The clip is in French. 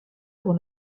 pour